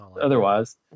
otherwise